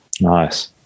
Nice